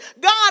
God